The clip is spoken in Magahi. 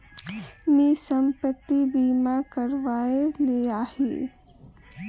मी संपत्ति बीमा करवाए लियाही